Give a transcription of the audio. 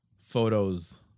photos